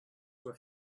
were